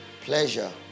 Pleasure